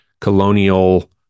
colonial